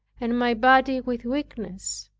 and my body with weakness.